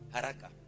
Haraka